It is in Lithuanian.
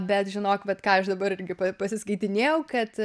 bet žinok vat ką aš dabar irgi pa pasiskaitinėjau kad